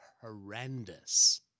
horrendous